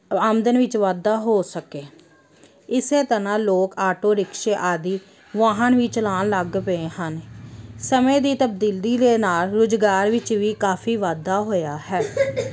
ਆਮਦਨ ਵਿੱਚ ਵਾਧਾ ਹੋ ਸਕੇ ਇਸੇ ਤਰ੍ਹਾਂ ਲੋਕ ਆਟੋ ਰਿਕਸ਼ੇ ਆਦਿ ਵਾਹਨ ਵੀ ਚਲਾਉਣ ਲੱਗ ਪਏ ਹਨ ਸਮੇਂ ਦੀ ਤਬਦੀਲੀ ਦੇ ਨਾਲ ਰੁਜ਼ਗਾਰ ਵਿੱਚ ਵੀ ਕਾਫੀ ਵਾਧਾ ਹੋਇਆ ਹੈ